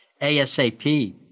ASAP